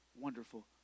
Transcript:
wonderful